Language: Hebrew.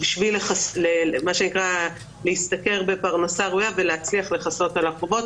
בשביל מה שנקרא להשתכר בפרנסה ראויה ולהצליח לכסות את החובות.